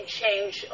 change